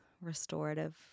restorative